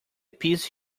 piece